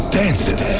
dancing